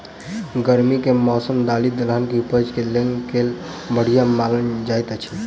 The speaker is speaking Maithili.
गर्मी केँ मौसम दालि दलहन केँ उपज केँ लेल केल बढ़िया मानल जाइत अछि?